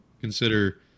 consider